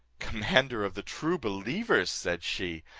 commander of the true believers, said she,